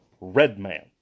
Redman